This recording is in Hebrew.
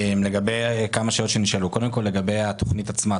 לגבי התכנית עצמה.